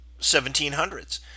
1700s